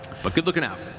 but good looking out.